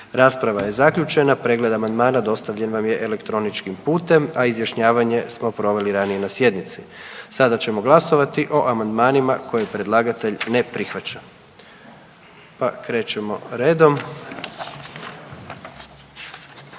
Centra i GLAS-a. Pregled amandmana dostavljen vam je elektroničkim putem, izjašnjavanje smo proveli ranije na sjednici pa ćemo glasovati o amandmanima koje predlagatelj ne prihvaća. Aha, kolega Hrebak,